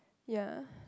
ya